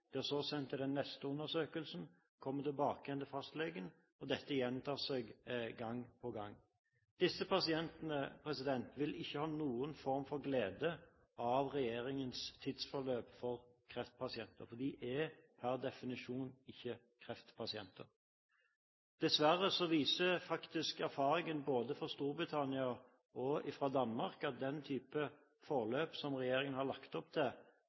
blir så sendt til den neste undersøkelsen, kommer tilbake igjen til fastlegen – og dette gjentar seg gang på gang. Disse pasientene vil ikke ha noen form for glede av regjeringens tidsforløp for kreftpasienter, for de er per definisjon ikke kreftpasienter. Dessverre viser erfaringene både fra Storbritannia og fra Danmark at den type forløp som regjeringen har lagt opp til